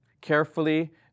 carefully